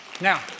now